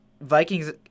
Vikings